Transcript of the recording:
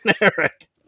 Eric